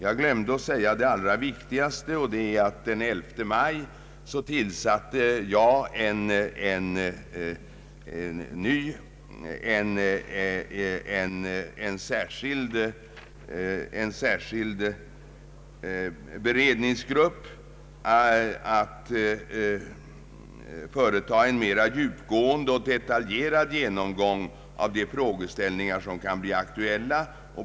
Jag glömde att säga det allra viktigaste, nämligen att jag den 11 maj i år tillsatte en särskild interdepartemental beredningsgrupp som skall företa en mera djupgående och detaljerad genomgång av de frågeställningar som kan bli aktuella.